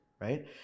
right